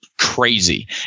crazy